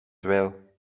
dweil